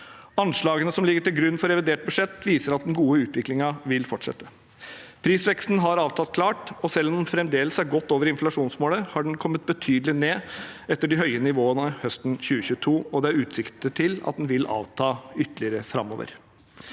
Anslagene som ligger til grunn for revidert budsjett, viser at den gode utviklingen vil fortsette. Prisveksten har avtatt klart. Selv om den fremdeles er godt over inflasjonsmålet, har den kommet betydelig ned fra de høye nivåene høsten 2022, og det er utsikter til at den vil avta ytterligere framover.